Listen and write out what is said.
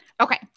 Okay